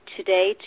today